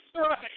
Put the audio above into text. right